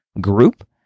group